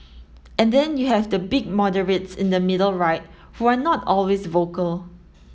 and then you have the big moderates in the middle right who are not always vocal